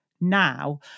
now